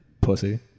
Pussy